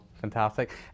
Fantastic